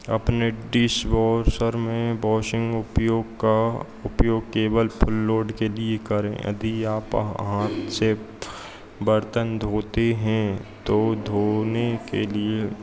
अपने डिशवॉशर में बाशिंग उपयोग का उपयोग केवल फुल लोड के लिए करें यदि आप हाथ से बर्तन धोते हैं तो धोने के लिए